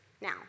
now